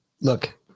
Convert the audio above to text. look